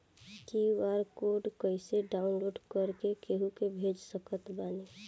QR code कइसे download कर के केहु के भेज सकत बानी?